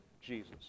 Jesus